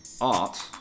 art